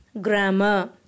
grammar